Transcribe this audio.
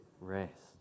rest